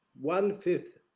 one-fifth